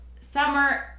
summer